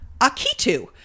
Akitu